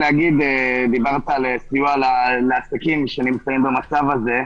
דיברת על סיוע לעסקים שנמצאים במצב הזה.